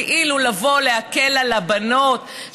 כאילו לבוא ולהקל על הבנות,